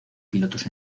pilotos